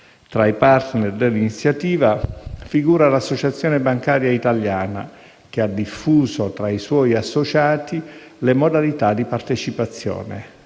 Tra i *partner* dell'iniziativa figura l'Associazione bancaria italiana, che ha diffuso tra i suoi associati le modalità di partecipazione.